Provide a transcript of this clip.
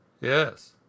Yes